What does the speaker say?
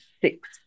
six